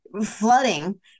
flooding